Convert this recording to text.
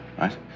right